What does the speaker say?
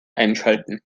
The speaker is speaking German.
einschalten